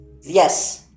Yes